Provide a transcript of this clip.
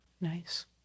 Nice